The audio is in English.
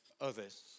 others